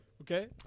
Okay